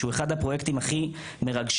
שהוא אחד הפרויקטים הכי מרגשים,